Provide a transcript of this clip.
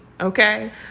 okay